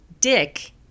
dick